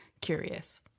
curious